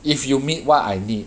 if you meet what I need